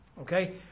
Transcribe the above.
okay